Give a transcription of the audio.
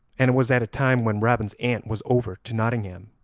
and it was at a time when robin's aunt was over to nottingham.